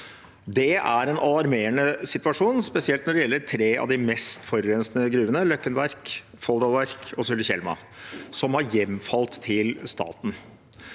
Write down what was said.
Det er en alarmerende situasjon, spesielt når det gjelder tre av de mest forurensende gruvene, Løkken Verk, Folldal Verk og Sulitjelma, som har hjemfalt til staten.